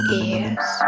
ears